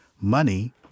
money